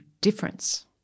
difference